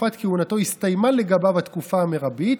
תקופת כהונתו הסתיימה לגביו התקופה המרבית,